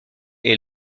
est